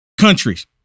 countries